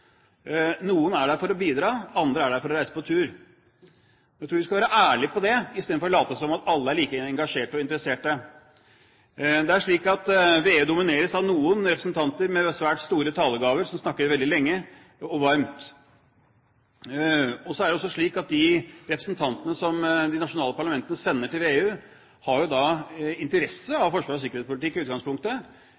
Noen er der for å bidra, andre er der for å reise på tur. Jeg tror vi skal være ærlige på det, i stedet for å late som om alle er like engasjerte og interesserte. Det er slik at VEU domineres av noen representanter med svært store talegaver, som snakker veldig lenge og varmt. Og så er det også slik at de representantene som de nasjonale parlamentene sender til VEU, har jo i utgangspunktet interesse